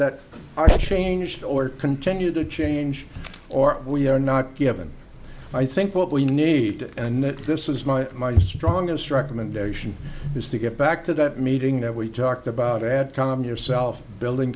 are changed or continue to change or we are not given i think what we need and that this is my my strongest recommendation is to get back to that meeting that we talked about ad calm yourself building